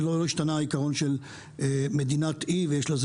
לא השתנה העיקרון של מדינת אי ויש לזה